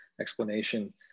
explanation